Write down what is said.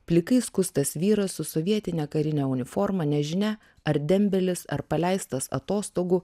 plikai skustas vyras su sovietine karine uniforma nežinia ar dembelis ar paleistas atostogų